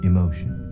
Emotion